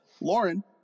Lauren